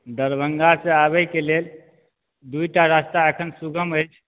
दरभंगा से आबैके लेल दू टा रास्ता अखन सुगम अछि